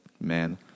man